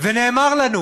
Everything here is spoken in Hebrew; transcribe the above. ונאמר לנו,